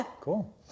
cool